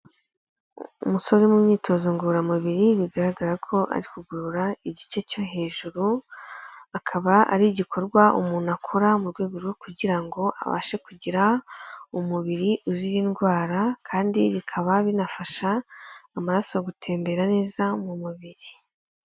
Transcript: Umusore uri mu myitozo ngororamubiri, bigaragara ko ari kugorora igice cyo hejuru, akaba ari igikorwa umuntu akora mu rwego rwo kugira ngo abashe kugira umubiri uzira indwara, kandi bikaba binafasha amaraso gutembera neza mu mubiri.